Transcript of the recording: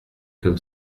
comme